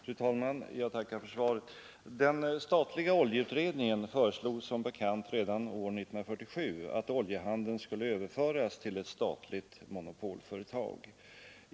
Fru talman! Jag tackar för svaret. Den statliga oljeutredningen föreslog som bekant redan år 1947 att oljehandeln skulle överföras till ett statligt monopolföretag.